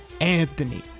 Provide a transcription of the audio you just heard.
Anthony